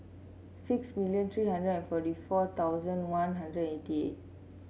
six million three hundred and forty four thousand One Hundred eighty eight